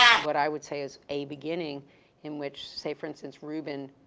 what i would say is a beginning in which, say for instance, ruben